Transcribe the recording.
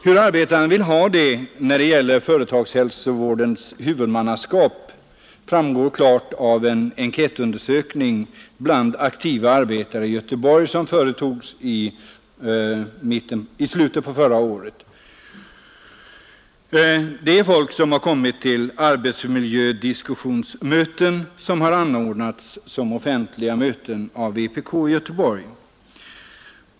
Hur arbetarna vill ha det när det gäller företagshälsovårdens huvudmannaskap framgår klart av en enkätundersökning bland aktiva arbetare i Göteborg. Undersökningen företogs i slutet av förra året och gjordes bland människor som kommit till arbetsmiljödiskussioner anordnade som offentliga möten av vpk i Göteborg.